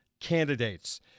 candidates